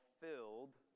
filled